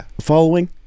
following